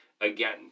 again